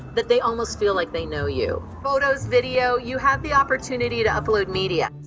that they almost feel like they know you. photos, video, you have the opportunity to upload media.